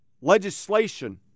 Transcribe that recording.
legislation